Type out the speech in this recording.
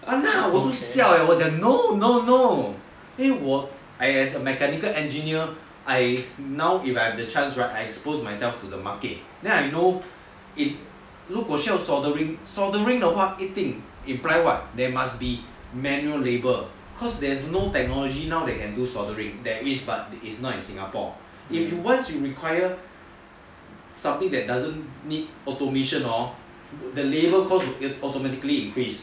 !hanna! 我就笑 eh 我讲 no no 因为 I as a mechanical engineer I now if I have the chance right I expose myself to the market then I know 如果需要 souldering 的话不一定 there must be manual labour cause there's no technology now that can do souldering at least not in Singapore once you require something that doesn't need automation hor the labour work automatically increase